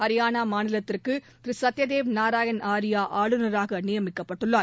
ஹரியானா மாநிலத்திற்கு திரு சத்யதேவ் நாராயண் ஆரியா ஆளுநராக நியமிக்கப்பட்டுள்ளார்